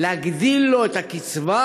להגדיל לו את הקצבה,